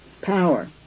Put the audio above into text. power